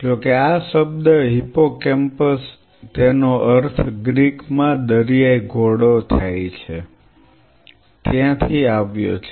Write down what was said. જોકે આ શબ્દ હિપ્પોકેમ્પસ તેનો અર્થ ગ્રીકમાં દરિયાઈ ઘોડો થાય છે ત્યાંથી આવ્યો છે